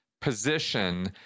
position